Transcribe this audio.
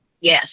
yes